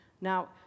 Now